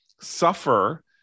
suffer